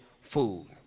food